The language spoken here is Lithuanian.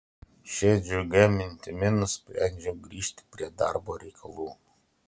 šia džiugia mintimi nusprendžiau grįžti prie darbo reikalų